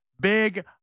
Big